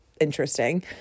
interesting